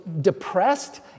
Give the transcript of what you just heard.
depressed